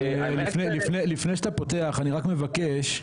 לפני שאתה מתייחס,